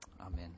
Amen